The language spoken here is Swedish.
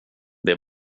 det